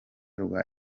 rwa